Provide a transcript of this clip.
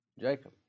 Jacob